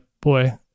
boy